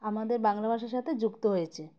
আমাদের বাংলা ভাষার সাথে যুক্ত হয়েছে